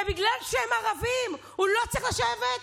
ובגלל שהם ערבים הוא לא צריך לשבת?